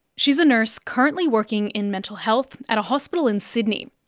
she's a nurse currently working in mental health at a hospital in sydney.